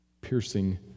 piercing